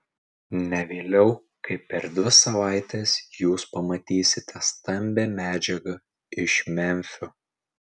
ne vėliau kaip per dvi savaites jūs pamatysite stambią medžiagą iš memfio